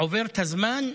עובר את הזמן,